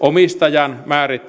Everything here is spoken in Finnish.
ja